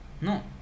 No